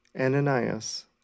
Ananias